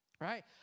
right